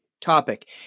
topic